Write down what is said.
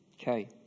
Okay